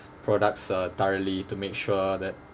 products uh thoroughly to make sure that